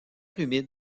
humide